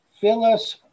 Phyllis